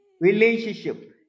relationship